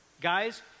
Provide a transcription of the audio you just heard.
Guys